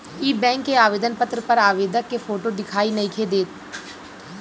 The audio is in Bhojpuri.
इ बैक के आवेदन पत्र पर आवेदक के फोटो दिखाई नइखे देत